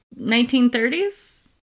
1930s